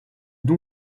don